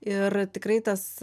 ir tikrai tas